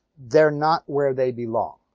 they're not where they belong.